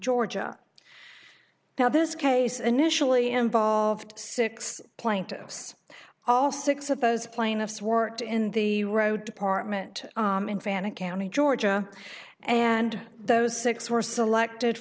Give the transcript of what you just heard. georgia now this case initially involved six plaintiffs all six of those plaintiff swart in the road partment in fana county georgia and those six were selected